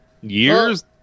Years